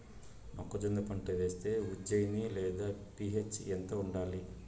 మొక్కజొన్న పంట వేస్తే ఉజ్జయని లేదా పి.హెచ్ ఎంత ఉండాలి?